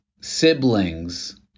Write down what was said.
siblings